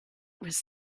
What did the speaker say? was